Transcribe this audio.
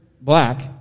black